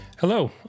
Hello